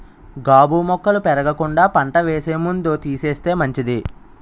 గాబు మొక్కలు పెరగకుండా పంట వేసే ముందు తీసేస్తే మంచిది